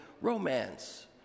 romance